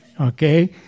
Okay